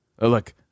look